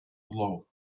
below